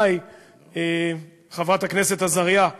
הייתי עד לתמונות מזעזעות